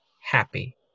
happy